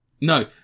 No